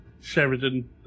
Sheridan